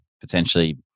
potentially –